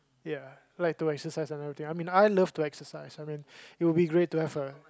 ya like to exercise and everything I mean I love to exercise I mean it would be great to have a